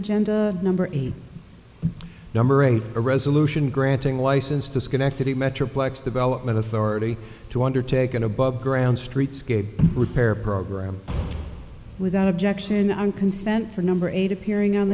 agenda number eight number eight a resolution granting license to schenectady metroplex development authority to undertake an above ground streetscape repair program without objection on consent for number eight appearing on